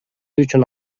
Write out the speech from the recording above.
үчүн